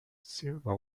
silver